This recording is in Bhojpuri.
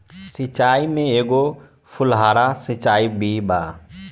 सिचाई में एगो फुव्हारा सिचाई भी बा